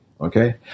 Okay